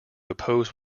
oppose